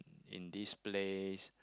in this place